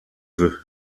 veut